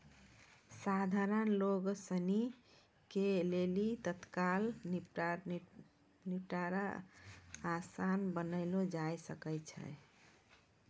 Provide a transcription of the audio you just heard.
सधारण लोगो सिनी के लेली तत्काल निपटारा असान बनैलो जाय सकै छै